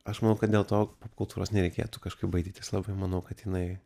aš manau kad dėl to popkultūros nereikėtų kažkaip baidytis labai manau kad jinai